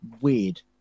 weird